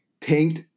tanked